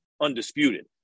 undisputed